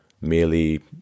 merely